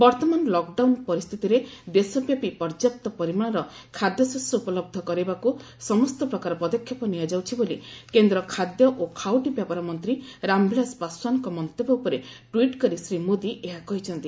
ବର୍ତ୍ତମାନ ଲକଡାଉନ ପରିସ୍ଥିତିରେ ଦେଶବ୍ୟାପୀ ପର୍ଯ୍ୟାପ୍ତ ପରିମାଣର ଖାଦ୍ୟଶସ୍ୟ ଉପଲବ୍ଧ କରାଇବାକୁ ସମସ୍ତ ପ୍ରକାର ପଦକ୍ଷେପ ନିଆଯାଉଛି ବୋଲି କେନ୍ଦ୍ର ଖାଦ୍ୟ ଓ ଖାଉଟି ବ୍ୟାପାର ମନ୍ତ୍ରୀ ରାମବିଳାସ ପାଶ୍ୱାନଙ୍କ ମନ୍ତବ୍ୟ ଉପରେ ଟ୍ସିଟ୍ କରି ଶ୍ରୀ ମୋଦି ଏହା କହିଛନ୍ତି